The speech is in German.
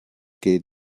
geht